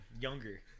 Younger